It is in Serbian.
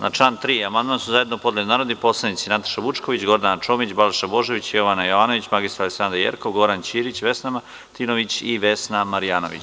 Na član 3. amandman su zajedno podneli narodni poslanici Nataša Vučković, Gordana Čomić, Balša Božović, Jovana Jovanović, mr Aleksandra Jerkov, Goran Ćirić, Vesna Martinović i Vesna Marjanović.